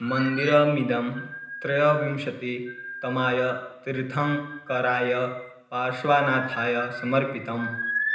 मन्दिरमिदं त्रयोविंशतितमाय तिर्थङ्कराय पार्श्वानाथाय समर्पितम्